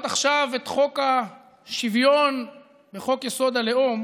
עכשיו את חוק השוויון וחוק-יסוד: הלאום